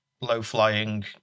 low-flying